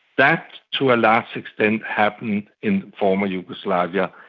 that to a large extent happened in former yugoslavia.